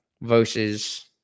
Versus